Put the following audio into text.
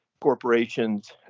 corporations